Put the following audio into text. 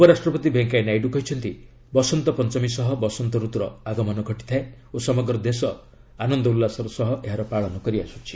ଉପରାଷ୍ଟ୍ରପତି ଭେଙ୍କିୟାନାଇଡୁ କହିଛନ୍ତି ବସନ୍ତପଞ୍ଚମୀ ସହ ବସନ୍ତରତୁର ଆଗମନ ଘଟିଥାଏ ଓ ସମଗ୍ର ଦେଶ ଆନନ୍ଦ ଉଲ୍ଲାସର ସହ ଏହାର ପାଳନ କରିଆସ୍ଟୁଛି